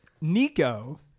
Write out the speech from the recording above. Nico